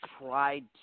tried